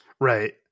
Right